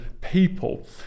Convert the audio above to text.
people